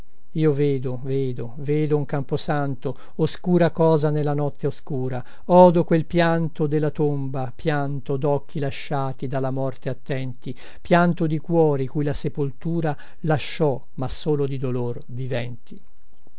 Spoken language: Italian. io vedo vedo vedo un camposanto oscura cosa nella notte oscura odo quel pianto della tomba pianto docchi lasciati dalla morte attenti pianto di cuori cui la sepoltura lasciò ma solo di dolor viventi